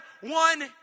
one